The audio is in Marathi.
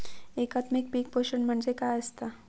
एकात्मिक पीक पोषण म्हणजे काय असतां?